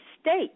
state